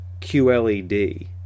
QLED